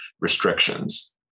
restrictions